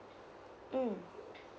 mm